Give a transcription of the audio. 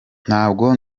ntabwo